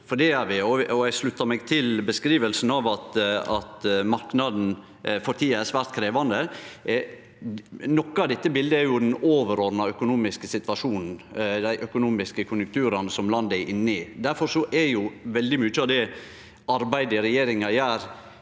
Eg sluttar meg til beskrivinga av at marknaden for tida er svært krevjande. Noko av dette bildet er den overordna økonomiske situasjonen, dei økonomiske konjunkturane som landet er inne i. Difor er veldig mykje av det arbeidet som regjeringa gjer